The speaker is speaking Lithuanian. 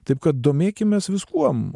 taip kad domėkimės viskuom